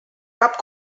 cap